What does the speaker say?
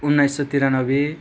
उन्नाइस सौ त्रियान्नब्बे